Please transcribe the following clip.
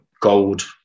gold